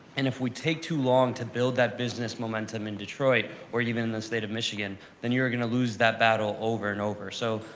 and if we take too long to build that business momentum in detroit or even in the state of michigan then you're going to lose that battle over and over. so,